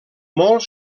molt